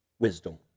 Wisdom